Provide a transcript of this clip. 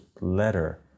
letter